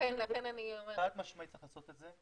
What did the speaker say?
לכן אני אומרת --- חד משמעית צריך לעשות את זה,